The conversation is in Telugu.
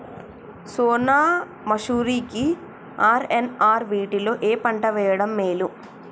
సోనా మాషురి కి ఆర్.ఎన్.ఆర్ వీటిలో ఏ పంట వెయ్యడం మేలు?